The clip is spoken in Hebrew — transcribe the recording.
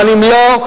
אבל אם לא,